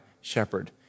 shepherd